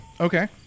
Okay